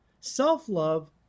self-love